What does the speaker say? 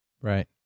Right